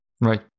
Right